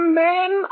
men